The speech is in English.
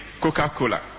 Coca-Cola